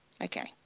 Okay